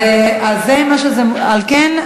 על כן,